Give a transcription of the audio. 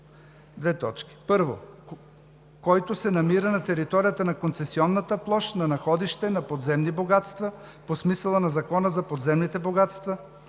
обект: 1. който се намира на територията на концесионната площ на находище на подземни богатства по смисъла на Закона за подземните богатства,